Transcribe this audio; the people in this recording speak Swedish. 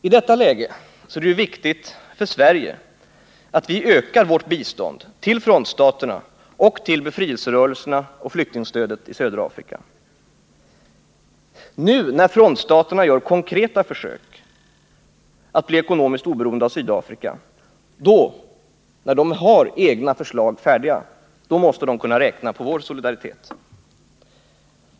I detta läge är det viktigt att Sverige ökar sitt bistånd till frontstaterna och till befrielserörelserna och flyktingstödet i södra Afrika. Nu när frontstaterna gör konkreta försök att bli ekonomiskt oberoende av Sydafrika och när de har egna förslag färdiga, måste de kunna räkna med vår solidaritet.